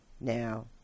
now